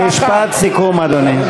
משפט סיכום, אדוני.